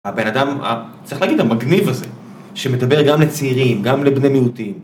הבן אדם, צריך להגיד, המגניב הזה, שמדבר גם לצעירים, גם לבני מיעוטים.